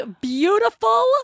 beautiful